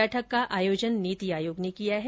बैठक का आयोजन नीति आयोग ने किया है